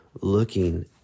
looking